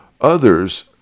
Others